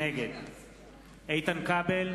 נגד איתן כבל,